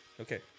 okay